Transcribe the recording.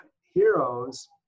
heroes